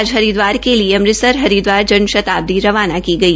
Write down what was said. आज हरिदवार के लिए अमृतसर हरिदवार जन शताब्दी रवाना की गई